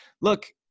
look